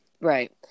right